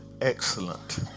excellent